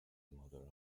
mother